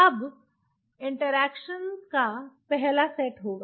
अब इंटरेक्शन का पहला सेट होगा